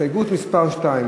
הסתייגות מס' 2,